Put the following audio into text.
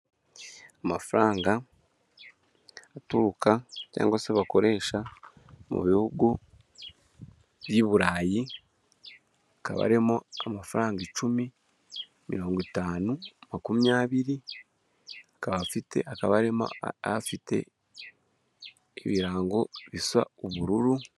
Amafaranga aturuka cyangwa se bakoresha mu bihugu by'Iburayi, hakaba harimo amafaranga icumi, mirongo itanu, makumyabiri, akaba arimo afite ibirango bisa ubururu.